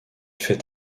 fait